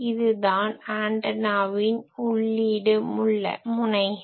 இதுதான் ஆன்டனாவின் உள்ளீடு முனைகள்